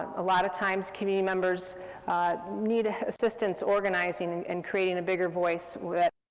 a lot of times, community members need assistance organizing and creating a bigger voice that,